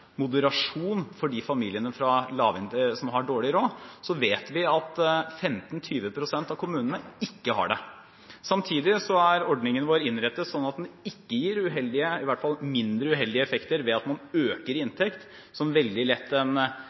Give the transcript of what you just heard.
moderasjon for de familiene som har dårlig råd, vet vi at 15–20 pst. av kommunene ikke har det. Samtidig er ordningen vår innrettet slik at den gir færre uheldige effekter ved at man øker i inntekt, enn det f.eks. en stram inntektsgradering på gratis kjernetid for alle veldig lett